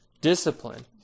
discipline